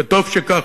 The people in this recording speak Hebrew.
וטוב שכך,